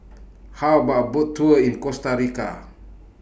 How about A Boat Tour in Costa Rica